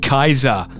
Kaiser